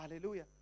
Hallelujah